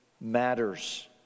matters